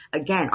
Again